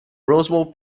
roswell